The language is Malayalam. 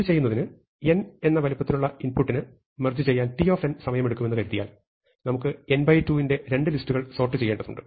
ഇത് ചെയ്യുന്നതിന് n എന്ന വലുപ്പത്തിലുള്ള ഇൻപുട്ടിന് മെർജ് ചെയ്യാൻ t സമയമെടുക്കുമെന്ന് കരുതിയാൽ നമുക്ക് n2 ന്റെ രണ്ട് ലിസ്റ്റുകൾ സോർട്ട് ചെയ്യേണ്ടതുണ്ട്